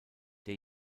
der